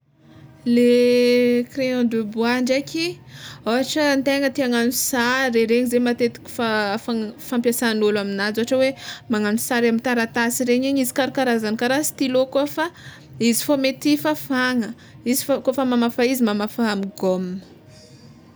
Le crayon de bois ndraiky ôhatra antegna te hagnagno sary e regny zao matetiky fa- fang- fampiasan'olo aminazy, ôhatra hoe magnagno sary amy taratasy regny igny izy karakarazany kara stylo koa fa izy fô mety fafagna, izy fa kôfa mamafa izy mamafa amy gomme.